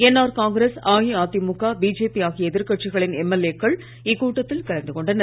NR Congress அஇஅதிமுக BJP ஆகிய எதிர்கட்சிளின் எம்எல்ஏ க்கள் இக்கூட்டத்தில் கலந்துகொண்டனர்